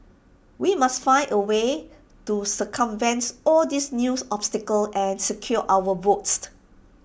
we must find A way to circumvent all these new obstacles and secure our votes